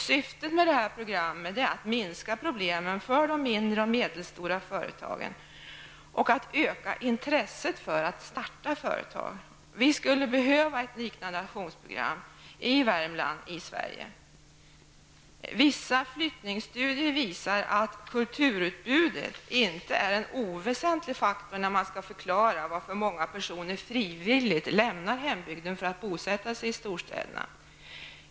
Syftet med detta program är att minska problemen för de mindre och medelstora företagen och att öka intresset för att starta företag. Vi skulle behöva ett liknande aktionsprogram i Vissa flyttningsstudier visar att kulturutbudet inte är en oväsentlig faktor när man skall förklara varför många personer frivilligt lämnar hembygden för att bosätta sig i storstäderna.